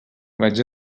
vaig